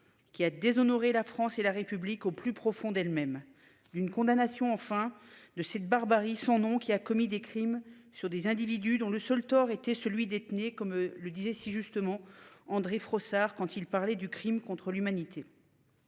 Qui a déshonoré la France et la République au plus profond d'elles-mêmes d'une condamnation enfin de cette barbarie son nom qui a commis des crimes sur des individus dont le seul tort était celui détenait comme le disait si justement André Frossard quand il parlait du Crime contre l'humanité.